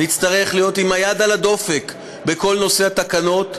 נצטרך להיות עם היד על הדופק בכל נושא התקנות.